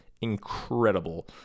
incredible